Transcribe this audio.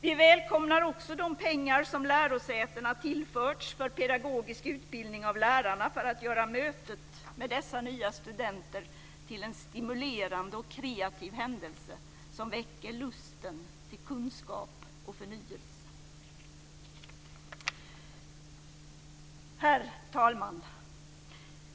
Vi välkomnar också de pengar som lärosätena har tillförts för pedagogisk utbildning av lärarna för att göra mötet med dessa nya studenter till en stimulerande och kreativ händelse som väcker lusten till kunskap och förnyelse. Herr talman!